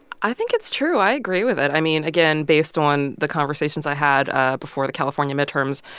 i think it's true. i agree with it. i mean, again, based on the conversations i had ah before the california midterms,